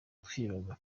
twibaza